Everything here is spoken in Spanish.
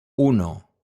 uno